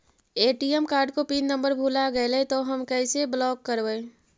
ATM card को pin number भुला गैले तौ हम कैसे ब्लॉक करवै?